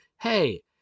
Hey